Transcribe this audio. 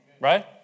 Right